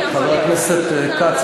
חבר הכנסת כץ,